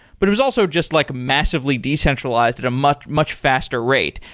but it was also just like massively decentralized at a much much faster rate.